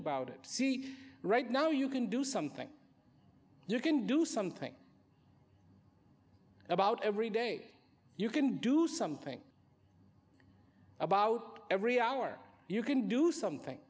about it see right now you can do something you can do something about every day you can do something about every hour you can do something